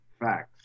Facts